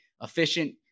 Efficient